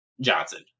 Johnson